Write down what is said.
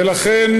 ולכן,